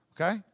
Okay